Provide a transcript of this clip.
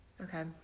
Okay